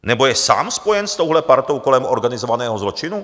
Nebo je sám spojen s touhle partou kolem organizovaného zločinu?